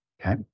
Okay